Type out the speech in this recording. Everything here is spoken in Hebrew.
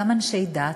גם אנשי דת,